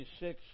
26